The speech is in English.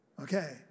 Okay